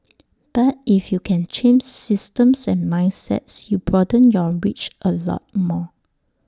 but if you can change systems and mindsets you broaden your reach A lot more